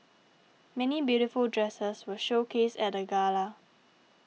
many beautiful dresses were showcased at the gala